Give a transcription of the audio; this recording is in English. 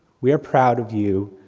we are proud of you,